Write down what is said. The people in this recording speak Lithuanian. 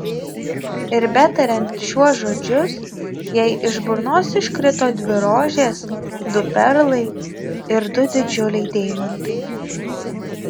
ir betariant šiuos žodžius jai iš burnos iškrito dvi rožės du perlai ir du didžiuliai deimantai